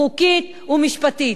חוקית ומשפטית.